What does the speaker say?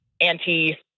anti